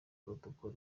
protocol